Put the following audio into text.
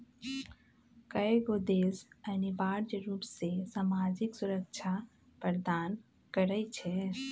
कयगो देश अनिवार्ज रूप से सामाजिक सुरक्षा प्रदान करई छै